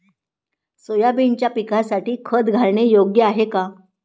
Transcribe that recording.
सोयाबीनच्या पिकासाठी खत घालणे योग्य आहे का?